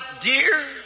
dear